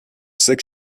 six